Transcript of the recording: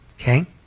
okay